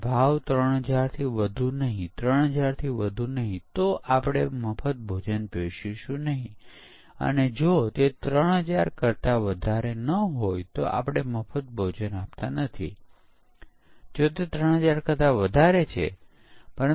ખરેખર પુનરાવર્તિત વિકાસ એ એક મહત્વપૂર્ણ સિદ્ધાંત છે